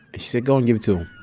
she said, go and give it to